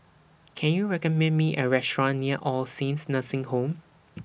Can YOU recommend Me A Restaurant near All Saints Nursing Home